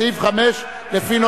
סעיף 5 נתקבל.